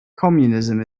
communism